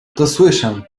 dosłyszę